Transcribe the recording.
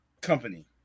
company